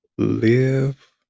Live